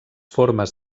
formes